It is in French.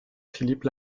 philippe